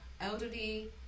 elderly